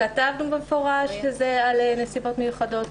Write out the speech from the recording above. כתבנו במפורש שזה על נסיבות מיוחדות,